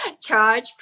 charge